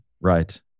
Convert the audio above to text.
Right